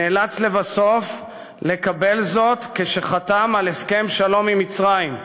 נאלץ לבסוף לקבל זאת כשחתם על הסכם שלום עם מצרים.